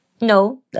no